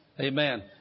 Amen